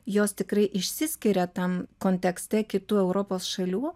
jos tikrai išsiskiria tam kontekste kitų europos šalių